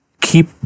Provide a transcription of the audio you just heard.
keep